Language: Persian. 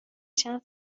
چند